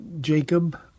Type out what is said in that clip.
Jacob